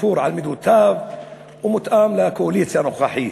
תפור על מידותיו ומותאם לקואליציה הנוכחית.